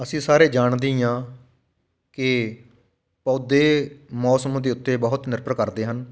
ਅਸੀਂ ਸਾਰੇ ਜਾਣਦੇ ਹੀ ਹਾਂ ਕਿ ਪੌਦੇ ਮੌਸਮ ਦੇ ਉੱਤੇ ਬਹੁਤ ਨਿਰਭਰ ਕਰਦੇ ਹਨ